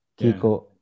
Kiko